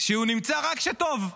שהוא נמצא רק כשטוב.